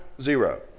zero